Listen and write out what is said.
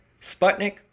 Sputnik